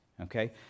okay